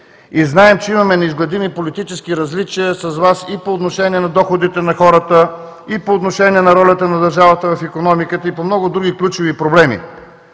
и знаем, че имаме неизгладими политически различия с Вас и по отношение на доходите на хората, и по отношение на ролята на държавата в икономиката, и по много други ключови проблеми,